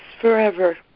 forever